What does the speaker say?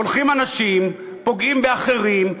הולכים אנשים ופוגעים באחרים,